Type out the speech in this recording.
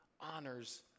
honors